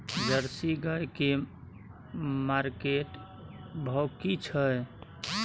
Jersey गाय की market भाव की छै?